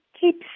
keeps